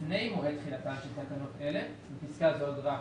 לפני מועד תחילתן של תקנות אלה (בפסקה זו אגרה קודמת),